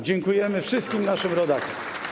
Dziękujemy wszystkim naszym rodakom.